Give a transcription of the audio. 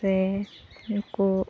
ᱥᱮ ᱩᱱᱠᱚ